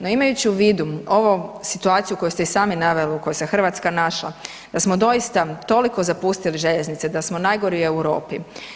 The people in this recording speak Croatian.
No imajući u vidu ovo situaciju koju ste i sami naveli u kojoj se Hrvatska našla, da smo doista toliko zapustili željeznice da smo najgori u Europi.